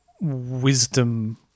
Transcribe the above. wisdom